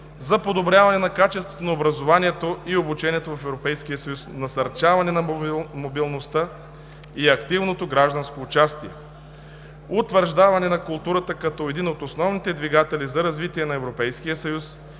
за подобряване на качеството на образование и обучение в Европейския съюз, насърчаване на мобилността и активното гражданско участие; - утвърждаване на културата като един от основните двигатели за развитие на